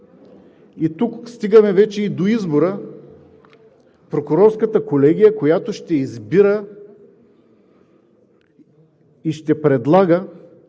вече стигаме и до избора за Прокурорската колегия, която ще избира и ще предлага